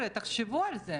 תודה רבה.